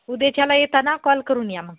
उद्याच्याला येताना कॉल करून या मग